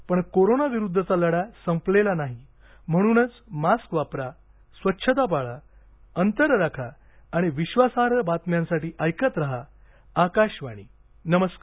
पण कोरोनाविरुद्धचा लढा संपलेला नाही म्हणूनच मास्क वापरा स्वच्छता पाळा अंतर राखा आणि विश्वासार्ह बातम्यांसाठी ऐकत राहा आकाशवाणी नमस्कार